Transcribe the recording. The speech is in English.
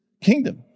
kingdom